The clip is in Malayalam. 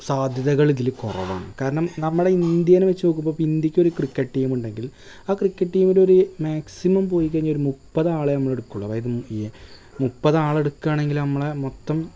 സാദ്ധ്യതകളിതിൽ കുറവാണ് കാരണം നമ്മുടെ ഇന്ത്യേനെ വെച്ചു നോക്കുമ്പം ഇപ്പോൾ ഇന്ത്യക്കൊരു ക്രിക്കറ്റീമുണ്ടെങ്കിൽ ആ ക്രിക്കറ്റീമിലൊരു മാക്സിമം പോയിക്കഴിഞ്ഞാൽ ഒരു മുപ്പതാളെ നമ്മളെടുക്കുകയുള്ളൂ അതായത് ഈ മുപ്പതാളെ എടുക്കാണെങ്കിൽ നമ്മളുടെ മൊത്തം